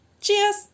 Cheers